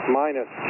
minus